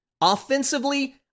Offensively